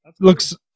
Looks